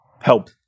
help